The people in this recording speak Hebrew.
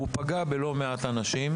והוא פגע בלא מעט אנשים,